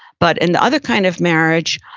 but in the other kind of marriage,